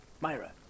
Myra